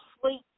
sleep